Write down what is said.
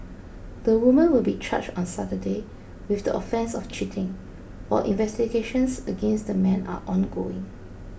the woman will be charged on Saturday with the offence of cheating while investigations against the man are ongoing